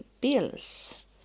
bills